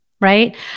right